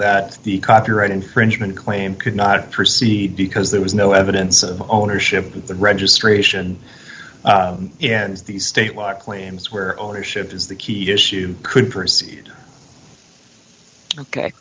that the copyright infringement claim could not proceed because there was no evidence of ownership of the registration in the state law claims where ownership is the key issue could proceed ok